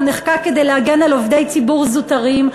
הוא נחקק כדי להגן על עובדי ציבור זוטרים,